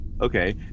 Okay